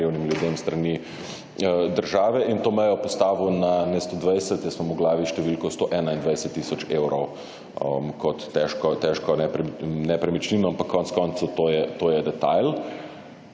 revnim ljudem s strani države in to mejo postavil na, ne 120, jaz imam v glavi število 121 tisoč evrov, kot težko nepremičnino, ampak konec koncev, to je detajl.